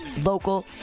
local